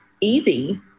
easy